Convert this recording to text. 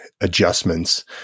adjustments